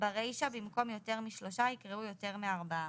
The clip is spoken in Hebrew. ברישה, במקום "יותר משלושה" יקראו "יותר מארבעה"."